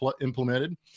implemented